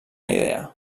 idea